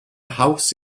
haws